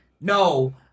no